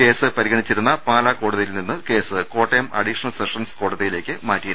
case പരിഗണിച്ചിരുന്ന പാലാ കോടതിയിൽ നിന്ന് കേസ് കോട്ടയം അഡീഷണൽ സെഷൻസ് കോടതിയിലേക്ക് മാറ്റിയിരുന്നു